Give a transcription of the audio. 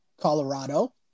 Colorado